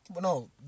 No